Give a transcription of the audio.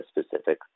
specific